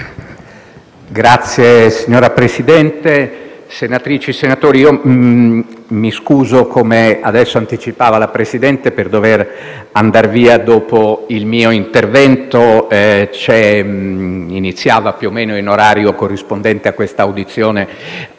Signor Presidente, senatrici e senatori, mi scuso perché, come adesso anticipava il Presidente, dovrò andar via dopo il mio intervento. Iniziava più o meno in orario corrispondente a questa presentazione